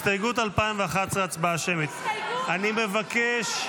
אני מבקש,